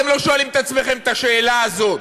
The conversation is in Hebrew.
אתם לא שואלים את עצמכם את השאלה הזאת?